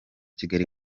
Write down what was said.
kigali